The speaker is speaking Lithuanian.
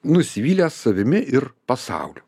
nusivylęs savimi ir pasauliu